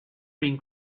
been